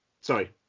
Sorry